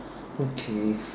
okay